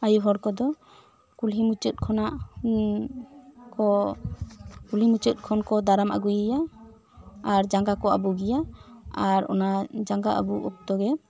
ᱟᱭᱚ ᱦᱚᱲ ᱠᱚᱫᱚ ᱠᱩᱞᱦᱤ ᱢᱩᱪᱟᱹᱫ ᱠᱷᱚᱱᱟᱜ ᱠᱚ ᱠᱩᱞᱦᱤ ᱢᱩᱪᱟᱹᱛ ᱠᱷᱚᱱ ᱠᱚ ᱫᱟᱨᱟᱢ ᱟᱹᱜᱩ ᱮᱭᱟ ᱟᱨ ᱡᱟᱝᱜᱟ ᱠᱚ ᱟᱹᱵᱩᱠ ᱮᱭᱟ ᱟᱨ ᱚᱱᱟ ᱡᱟᱝᱜᱟ ᱟᱹᱵᱩᱠ ᱚᱠᱛᱚ ᱜᱮ